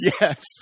Yes